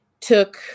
took